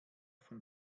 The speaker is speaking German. von